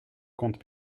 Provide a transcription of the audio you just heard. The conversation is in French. compte